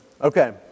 Okay